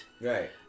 Right